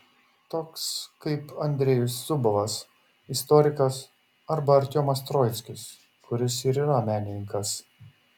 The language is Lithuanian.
toks kaip andrejus zubovas istorikas arba artiomas troickis kuris ir yra menininkas